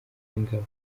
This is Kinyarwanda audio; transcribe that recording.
w’ingabo